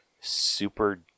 super